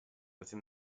within